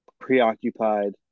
preoccupied